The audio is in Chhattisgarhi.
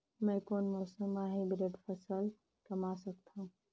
मै कोन मौसम म हाईब्रिड फसल कमा सकथव?